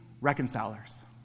reconcilers